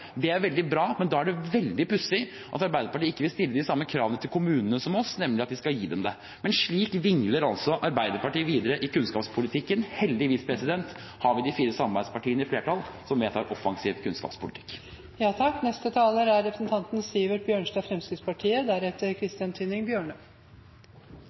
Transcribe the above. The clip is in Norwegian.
Det er veldig bra, men da er det veldig pussig at Arbeiderpartiet ikke vil stille de samme kravene til kommunene som oss, nemlig at de skal gi dem det. Men slik vingler altså Arbeiderpartiet videre i kunnskapspolitikken. Heldigvis har vi de fire samarbeidspartiene, i flertall, som vedtar offensiv kunnskapspolitikk. Etter at en blå-blå vind feide inn over landet i 2013 og førte til at Høyre og Fremskrittspartiet